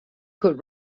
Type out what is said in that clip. could